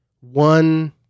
one